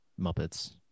Muppets